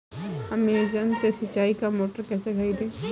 Amazon से सिंचाई का मोटर कैसे खरीदें?